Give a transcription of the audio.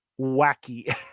wacky